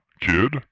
kid